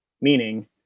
meaning